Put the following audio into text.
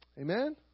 Amen